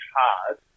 hard